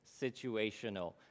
situational